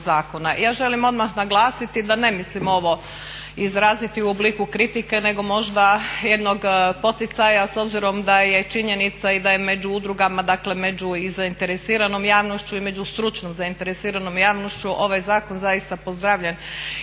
Ja želim odmah naglasiti da ne mislim ovo izraziti u obliku kritike nego možda jednog poticaja s obzirom da je činjenica i da je među udrugama, dakle među i zainteresiranom javnošću i među stručnom zainteresiranom javnošću ovaj zakon zaista pozdravljen